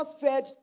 fed